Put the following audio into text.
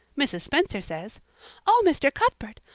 mrs. spencer says oh, mr. cuthbert!